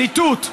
ציטוט: